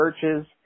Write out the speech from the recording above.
churches